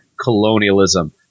colonialism